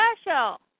special